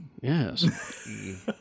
Yes